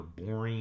boring